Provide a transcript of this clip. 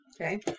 Okay